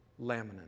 laminin